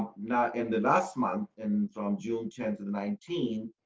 not in the last month and from june chance in nineteen.